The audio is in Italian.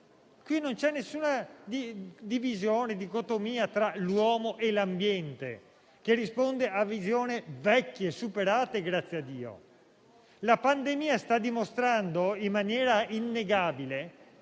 Non c'è divisione e dicotomia alcuna tra l'uomo e l'ambiente che risponde a visione vecchie superate, grazie a Dio. La pandemia sta dimostrando in maniera innegabile